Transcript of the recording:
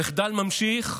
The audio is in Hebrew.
המחדל נמשך,